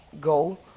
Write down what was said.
go